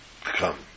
come